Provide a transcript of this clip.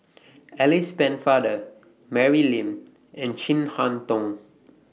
Alice Pennefather Mary Lim and Chin Harn Tong